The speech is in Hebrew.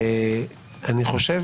אני חושב